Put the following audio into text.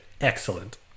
Excellent